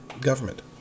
government